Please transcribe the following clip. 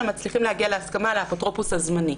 מצליחים להגיע להסכמה לאפוטרופוס הזמני.